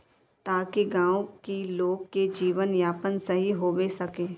ताकि गाँव की लोग के जीवन यापन सही होबे सके?